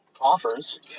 offers